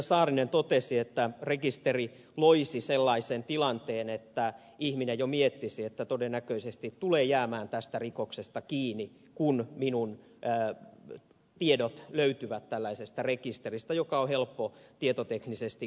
saarinen totesi että rekisteri loisi sellaisen tilanteen että ihminen jo miettisi että todennäköisesti tulee jäämään tästä rikoksesta kiinni kun tiedot löytyvät tällaisesta rekisteristä joka on helppo tietoteknisesti koodata läpi